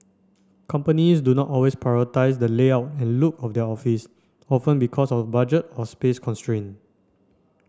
companies do not always prioritise the layout and look of their office often because of budget or space constraint